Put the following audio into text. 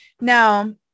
Now